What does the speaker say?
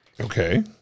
Okay